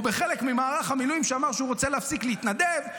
או בחלק ממערך המילואים שאמר שהוא רוצה להפסיק להתנדב,